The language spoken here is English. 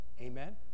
Amen